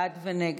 בעד ונגד.